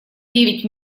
девять